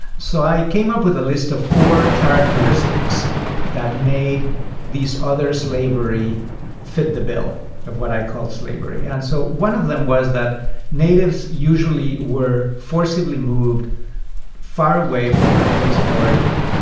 so i came up with a list of four characteristics that made this other slavery fit the bill of what i call slavery. and so one of them was that natives usually were forcibly moved far away from their place of origin.